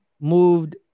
moved